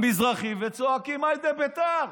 וצועקים "היידה ביתר"